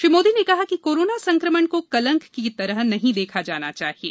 श्री मोदी ने कहा कि कोरोना संकमण को कलंक की तरह नहीं देखा जाना चाहिये